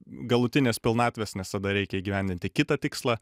galutinės pilnatvės nes tada reikia įgyvendinti kitą tikslą